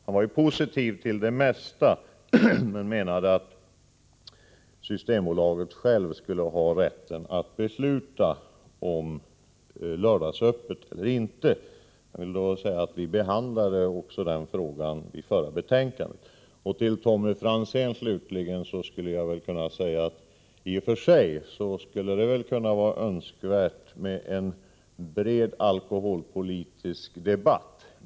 Han var ju positiv till det mesta, men menade att Systembolaget självt borde ha rätten att besluta om öppethållande på lördagar. Jag vill med anledning härav säga att också den frågan behandlades i det av mig nämnda betänkandet. Jag vill slutligen till Tommy Franzén säga att det i och för sig skulle kunna vara önskvärt med en bred alkoholpolitisk debatt.